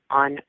on